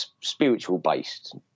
spiritual-based